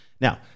now